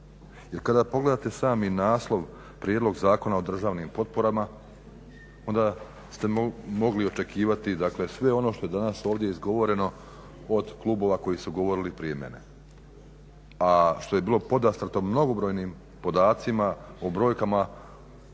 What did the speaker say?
Jer kada pogledate sami naslov prijedlog Zakona o državnim potporama onda ste mogli očekivati dakle sve ono što je danas ovdje izgovoreno od klubova koji su govorili prije mene, a što je bilo podastrto mnogobrojnim podacima o brojkama